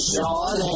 Sean